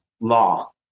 law